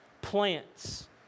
plants